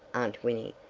aunt winnie,